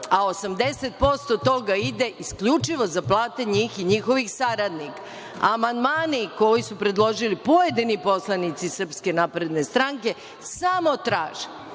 a 80% toga ide isključivo za plate njih i njihovih saradnika. Amandmani koji su predložili pojedini poslanici SNS samo traže